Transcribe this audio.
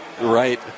Right